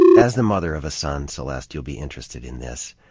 as the mother of a son, celeste, you'll be interested in this.